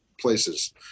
places